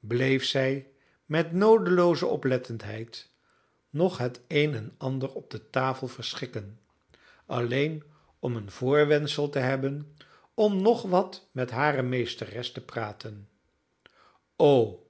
bleef zij met noodelooze oplettendheid nog het een en ander op de tafel verschikken alleen om een voorwendsel te hebben om nog wat met hare meesteres te praten o